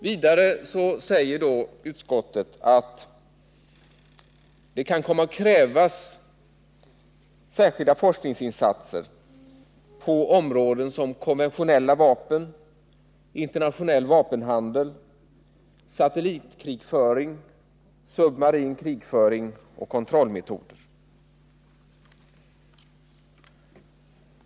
Vidare säger utskottet att det kan komma att krävas särskilda forskningsinsatser på sådana områden som konventionella vapen, internationell vapenhandel, satellitkrigföring, submarin krigföring och kontrollmetoder.